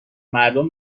مردم